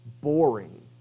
boring